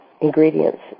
ingredients